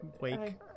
wake